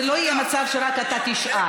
זו לא יהיה מצב שרק אתה תשאל.